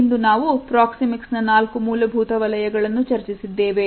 ಇಂದು ನಾವು ಪ್ರಾಕ್ಸಿಮಿಕ್ಸ್ ನಾ ನಾಲ್ಕು ಮೂಲಭೂತ ವಲಯಗಳನ್ನು ಚರ್ಚಿಸಿದ್ದೇವೆ